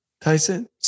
Tyson